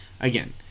again